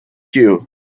cue